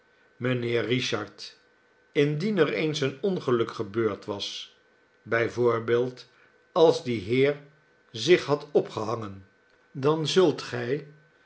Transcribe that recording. mijnheer richard indien er eens een ongeluk gebeurd was bij voorbeeld als die heer zich had opgehangen dan zult gij